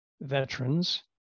veterans